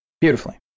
Beautifully